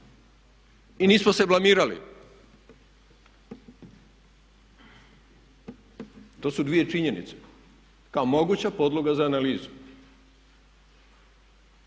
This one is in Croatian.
i nismo se blamirali. To su dvije činjenice kao moguća podloga za analizu